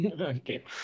Okay